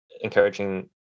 encouraging